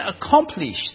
accomplished